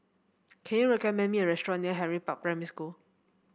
can you recommend me a restaurant near Henry Park Primary School